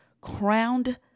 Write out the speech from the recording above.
crowned